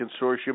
Consortium